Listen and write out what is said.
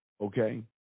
okay